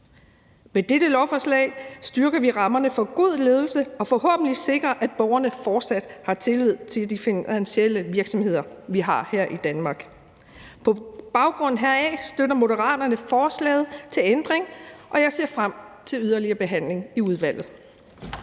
Med dette lovforslag styrker vi rammerne for god ledelse og sikrer forhåbentlig, at borgerne fortsat har tillid til de finansielle virksomheder, vi har her i Danmark. På baggrund heraf støtter Moderaterne ændringslovforslaget, og jeg ser frem til yderligere behandling i udvalget.